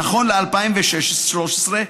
נכון ל-2013,